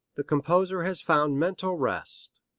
the composer has found mental rest.